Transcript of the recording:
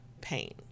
pain